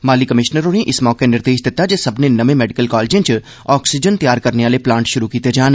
माली कमिशनर होरें इस मौके निर्देश दित्ता जे सब्मनें नमें मैडिकल कालेजें च आक्सीजन तैयार करने आह्ले प्लांट शुरु कीते जान